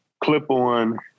clip-on